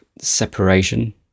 separation